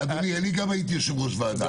גם אני הייתי יושב-ראש ועדה.